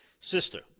sister